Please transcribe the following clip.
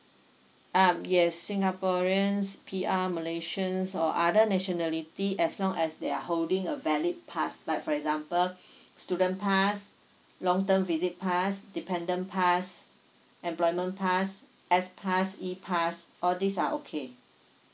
um yes singaporeans P_R malaysians or other nationality as long as they are holding a valid pass like for example student pass long term visit pass dependent pass employment pass S pass E pass all these are okay